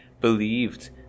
believed